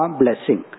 blessing